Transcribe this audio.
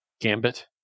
gambit